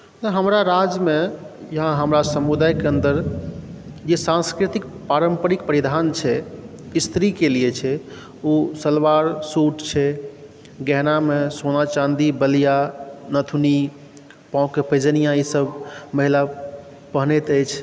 हमरा राज्यमे या हमरा समुदायके अन्दर जे सांस्कृतिक पारम्परिक परिधान छै स्त्रीके लिए छै ओ सलवार सूट छै गहनामे सोना चाँदी बलिआ नथुनी पाँवके पैजनिआँ ईसभ महिला पहिरैत अछि